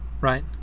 right